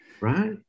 right